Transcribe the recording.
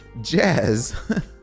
jazz